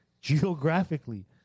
geographically